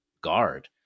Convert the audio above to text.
guard